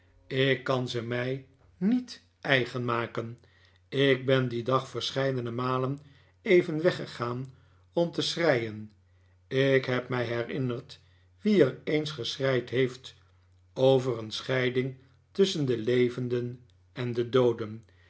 ik kan z'e mij niet eigen maken ik ben dien dag verscheidene malen even weggegaan om te schreien ik heb mij herinnerd wie er eens geschreid heeft over een scheiding tusschen de levenden en de dooden